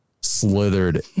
slithered